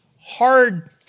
hard